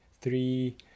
three